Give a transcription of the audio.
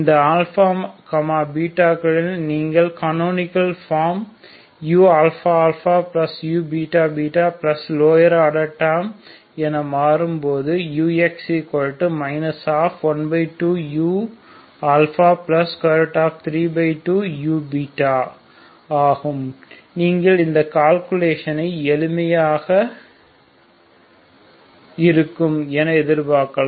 இந்த களில் நீங்கள் கனோனிகள் form uααu ββlower order terms என மாறும் இது ux 12u32u ஆகும் நீங்கள் இந்த கால்குலேஷன் ஐ எளிமையாக இருக்கும் என எதிர்பார்க்கலாம்